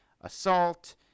assault